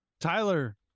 tyler